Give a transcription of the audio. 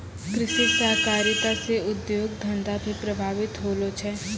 कृषि सहकारिता से उद्योग धंधा भी प्रभावित होलो छै